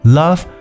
love